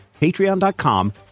patreon.com